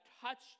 touched